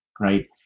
right